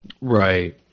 Right